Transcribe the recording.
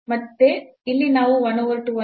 ಮತ್ತೆ ಇಲ್ಲಿ ನಾವು 1 over 2 ಅನ್ನು ಹೊಂದಿದ್ದೇವೆ